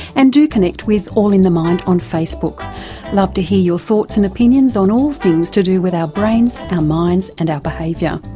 and do connect with all in the mind on facebook love to hear your thoughts and opinions on all things to do with our brains, our minds and our behaviour.